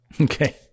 okay